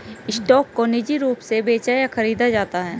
stock को निजी रूप से बेचा या खरीदा जाता है